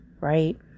right